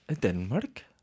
Denmark